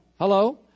Hello